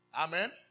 Amen